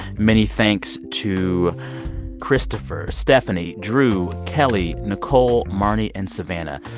many thanks to christopher, stephanie, drew, kelly, nicole, marni and savannah.